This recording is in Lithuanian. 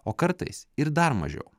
o kartais ir dar mažiau